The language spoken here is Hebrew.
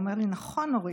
והוא אומר לי: נכון, אורית,